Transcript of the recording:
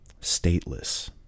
stateless